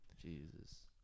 Jesus